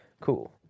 cool